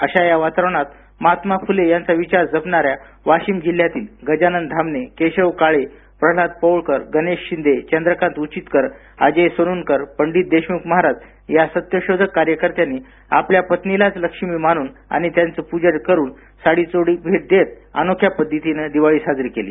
अशा या वातावरणात महात्मा फुले यांचा विचार जपणाऱ्या वाशिम जिल्ह्यातील गजानन धामणे केशव काळे प्रल्हाद पौळकर गणेश शिंदे चंद्रकांत उचितकर अजय सोनूनकर पंडित देशमुख महाराज या सत्यशोधक कार्यकर्त्यांनी आपल्या पत्नीलाच लक्ष्मी मानून आणि त्यांचं पूजन करून साडीचोळी भेट देत अनोख्या पध्दतीने दिवाळी साजरी केली